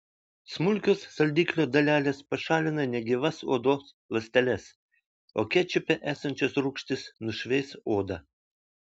smulkios saldiklio dalelės pašalina negyvas odos ląsteles o kečupe esančios rūgštys nušveis odą